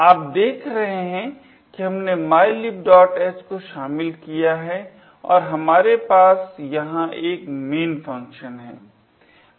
आप देख रहे है हमने mylibh को शामिल किया है और हमारे पास यहाँ एक main फंक्शन है